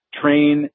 train